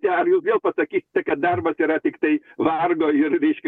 ar jau vėl pasakykite kad darbas yra tiktai vargo ir reiškia